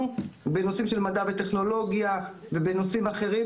בנושאים של מדע וטכנולוגיה ובנושאים אחרים,